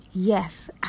Yes